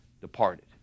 departed